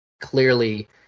clearly